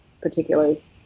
particulars